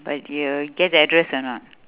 but you get the address or not